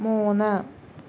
മൂന്ന്